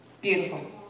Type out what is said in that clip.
Beautiful